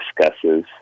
discusses